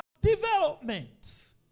development